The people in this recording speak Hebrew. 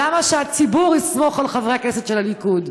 למה שהציבור יסמוך על חברי הכנסת של הליכוד?